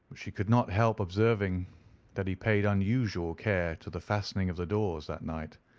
she could not help observing that he paid unusual care to the fastening of the doors that night,